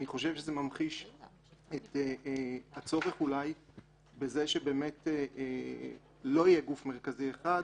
אני חושב שזה ממחיש את הצורך אולי שלא יהיה גוף מרכזי אחד,